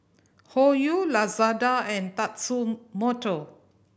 Hoyu Lazada and Tatsumoto